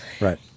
Right